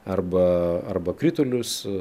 arba arba kritulius